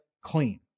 clean